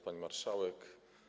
Pani Marszałek!